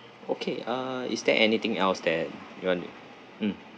okay uh is there anything else that you want to mm